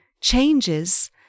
changes